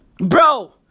Bro